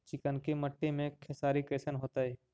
चिकनकी मट्टी मे खेसारी कैसन होतै?